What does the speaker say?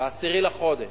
ב-10 בחודש,